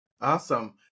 Awesome